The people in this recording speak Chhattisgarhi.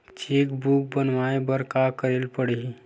चेक बुक बनवाय बर का करे ल पड़हि?